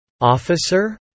Officer